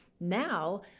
Now